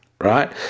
right